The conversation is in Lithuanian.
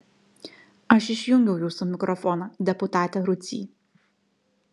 aš išjungiau jūsų mikrofoną deputate rudzy